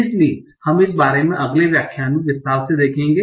इसलिए हम इस बारे में अगले व्याख्यान में विस्तार से देखेंगे